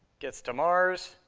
gets to mars,